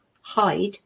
hide